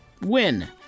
win